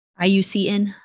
IUCN